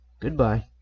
Goodbye